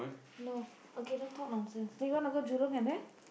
no okay don't talk nonsense then you want to go Jurong and then